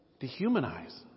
dehumanize